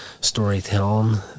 storytelling